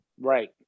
Right